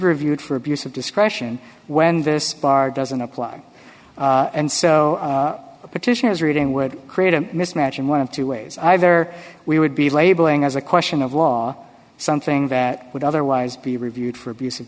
reviewed for abuse of discretion when this bar doesn't apply and so the petitioners reading would create a mismatch in one of two ways either we would be labeling as a question of law something that would otherwise be reviewed for abus